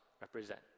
represent